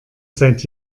seit